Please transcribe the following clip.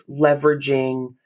leveraging